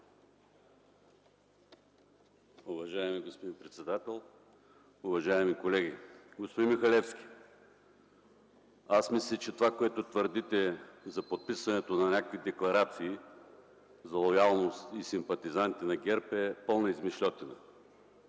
Уважаеми господин председател, уважаеми колеги! Господин Михалевски, мисля, че това, което твърдите за подписването на някакви декларации за лоялност и симпатизанти на ГЕРБ, е пълна измишльотина.